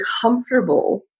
comfortable